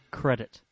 credit